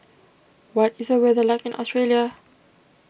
what is the weather like in Australia